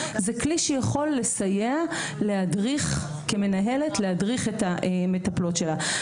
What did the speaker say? זה כלי שיכול לסייע כמנהלת להדריך את המטפלות שלה.